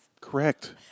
Correct